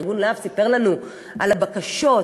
ארגון לה"ב סיפר לנו על הבקשות,